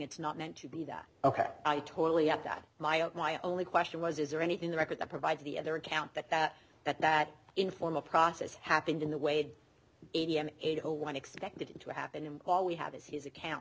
it's not meant to be that ok i totally at that my only question was is there anything the record that provides the other account that that that inform the process happened in the weighed eighty eight zero one expected to happen and all we have is his account